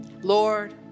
Lord